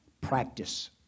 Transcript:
practice